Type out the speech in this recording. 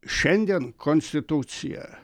šiandien konstituciją